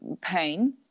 pain